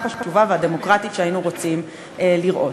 חשובה ודמוקרטית שהיינו רוצים לראות.